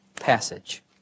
passage